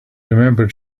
remembered